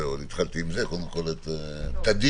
וגם של